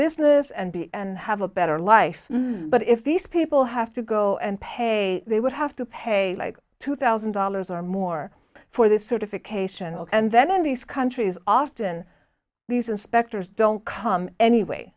business and be and have a better life but if these people have to go and pay they would have to pay like two thousand dollars or more for this certification and then in these countries often these inspectors don't come anyway